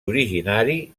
originari